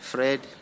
Fred